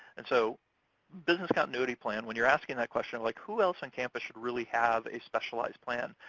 and so business continuity plan, when you're asking that question, like who else on campus should really have a specialized plan?